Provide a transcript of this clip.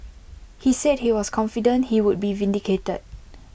he said he was confident he would be vindicated